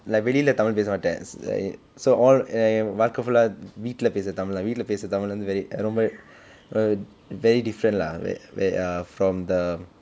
like வெளியில தமிழ் பேச மாட்டேன்:veliyila thamil pesa maatten so all என் வாழ்கை:en vaalkkai full ah வீட்டில பேசுற தமிழ் நான் வீட்டில பேசுற தமிழ் வந்து:vittila pesura thamil naan vittila pesura thamil vanthu very ah ரொம்ப:romba very different lah from the